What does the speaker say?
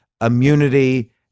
immunity